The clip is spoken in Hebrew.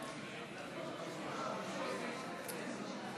התשע"ח 2018,